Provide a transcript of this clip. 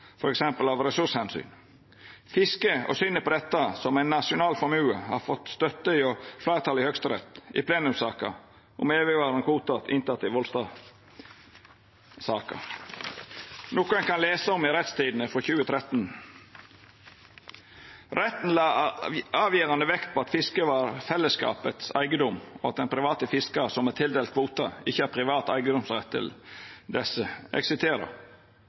Fiske, og synet på fisket som ein nasjonal formue, har fått støtte hjå fleirtalet i Høgsterett i plenumssaka om evigvarande kvotar, teke inn i Volstad-saka. Det kan ein lese om i Norsk Retstidende for 2013. Retten la avgjerande vekt på at fisket var fellesskapet sin eigedom, og at ein privat fiskar som er tildelt kvotar, ikkje har privat eigedomsrett til